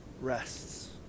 rests